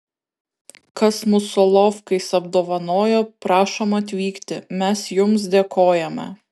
kas mus solovkais apdovanojo prašom atvykti mes jums dėkojame